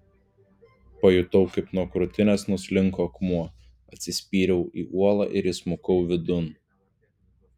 pajutau kaip nuo krūtinės nuslinko akmuo atsispyriau į uolą ir įsmukau vidun